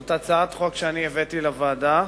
זאת הצעת חוק שאני הבאתי לוועדה.